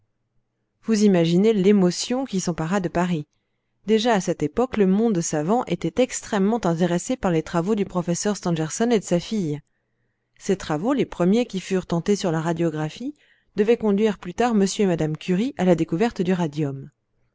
vous imaginez l'émotion qui s'empara de paris déjà à cette époque le monde savant était extrêmement intéressé par les travaux du professeur stangerson et de sa fille ces travaux les premiers qui furent tentés sur la radiographie devaient conduire plus tard m et mme curie à la découverte du radium